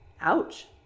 Ouch